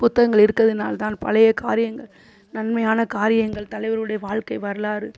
புத்தகங்கள் இருக்கறதினால் தான் பழைய காரியங்கள் நன்மையான காரியங்கள் தலைவருடைய வாழ்க்கை வரலாறு